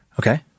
okay